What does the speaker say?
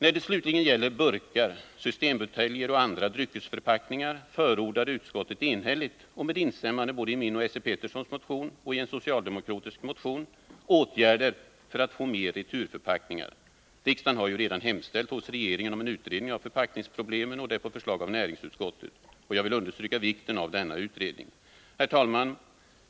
När det slutligen gäller burkar, systembuteljer och andra dryckesförpackningar förordar utskottet enhälligt, och med instämmande både i min och Esse Peterssons motion och i en socialdemokratisk motion, åtgärder för att få mer returförpackningar. Riksdagen har ju redan hemställt hos regeringen om en utredning av förpackningsproblemen — och det på förslag av näringsutskottet. Jag vill understryka vikten av denna utredning.